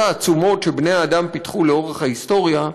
העצומות שבני-האדם פיתחו לאורך ההיסטוריה,